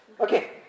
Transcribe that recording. Okay